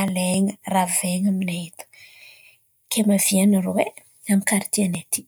alain̈a ravain̈a aminay eto, kay miavià anarô e amin'ny kartie nay aty.